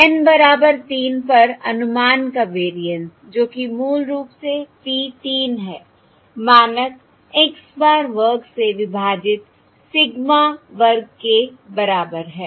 N बराबर 3पर अनुमान का वेरिएंस जो कि मूल रूप से P 3 है मानक x bar वर्ग से विभाजित सिग्मा वर्ग के बराबर है